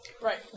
Right